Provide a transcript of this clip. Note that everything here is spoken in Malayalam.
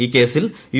ഈ കേസിൽ യു